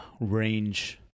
range